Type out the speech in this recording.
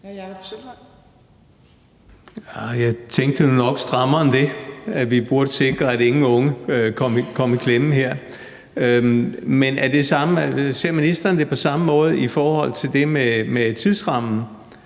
Jeg tænkte det nu nok strammere end det, altså at vi burde sikre, at ingen unge kom i klemme her. Men ser ministeren det på samme måde i forhold til det med tidsrammen?